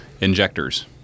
injectors